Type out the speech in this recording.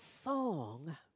song